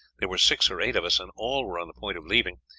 there were six or eight of us, and all were on the point of leaving.